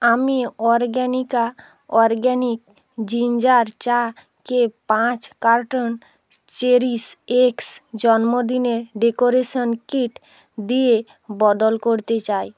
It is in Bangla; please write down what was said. আমি অর্গ্যানিকা অর্গ্যানিক জিঞ্জার চা কে পাঁচ কার্টন চেরিশএক্স জন্মদিনের ডেকোরেশন কিট দিয়ে বদল করতে চাই